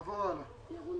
נעבור הלאה.